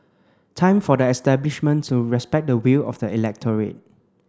time for the establishment to respect the will of the electorate